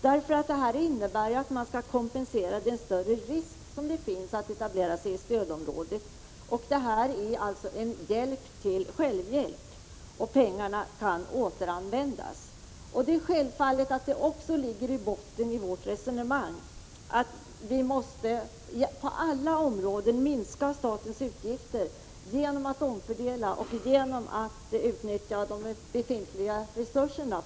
Genom riskgarantilånen kompenserar man för den större risk som det innebär att etablera sig i stödområdet. Det är alltså en hjälp till självhjälp, och pengarna kan återanvändas. Det är självklart att det också ligger i botten på vårt resonemang att vi på 113 alla områden måste minska statens utgifter genom att omfördela och genom att på ett bättre sätt utnyttja de befintliga resurserna.